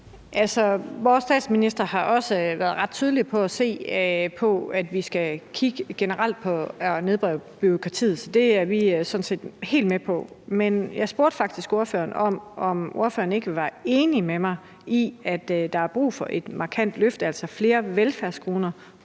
vores statsminister har også været ret tydelig med at se på, at vi generelt skal kigge på at nedbryde bureaukratiet, så det er vi sådan set helt med på. Men jeg spurgte faktisk ordføreren, om ordføreren ikke vil være enig med mig i, at der er brug for et markant løft, altså flere velfærdskroner